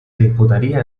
disputaría